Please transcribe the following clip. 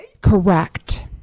correct